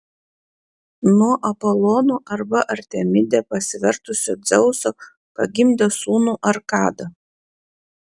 nuo apolonu arba artemide pasivertusio dzeuso pagimdė sūnų arkadą